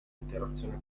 interazione